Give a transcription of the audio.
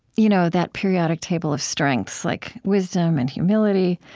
you know that periodic table of strengths, like wisdom, and humility.